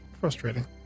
frustrating